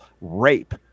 rape